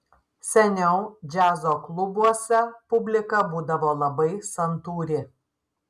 seniau džiazo klubuose publika būdavo labai santūri